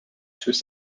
his